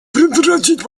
предотвратить